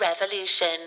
Revolution